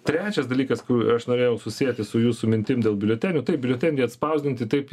trečias dalykas ku aš norėjau susieti su jūsų mintim dėl biuletenių taip biuleteniai atspausdinti taip